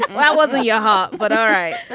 why wasn't your heart. but all right